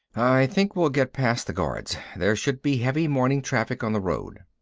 i think we'll get past the guards. there should be heavy morning traffic on the road.